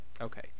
Okay